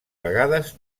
vegades